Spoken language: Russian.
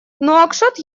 нуакшот